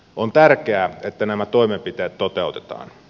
on tärkeää että nämä toimenpiteet toteutetaan